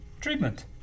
Treatment